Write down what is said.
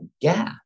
gap